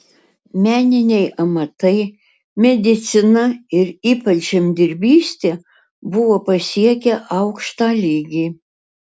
meniniai amatai medicina ir ypač žemdirbystė buvo pasiekę aukštą lygį